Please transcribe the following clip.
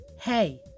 Hey